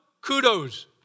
kudos